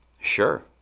sure